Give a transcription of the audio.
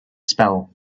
spell